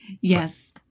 Yes